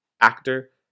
actor